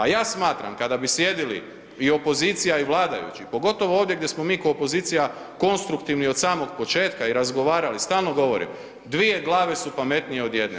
A ja smatram kada bi sjedili i opozicija i vladajući pogotovo ovdje gdje smo mi ko opozicija konstruktivni od samog početka i razgovarali, stalno govorim, dvije glave su pametnije od jedne.